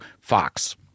Fox